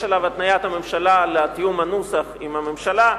יש עליו התניית הממשלה לתיאום הנוסח עם הממשלה,